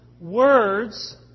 words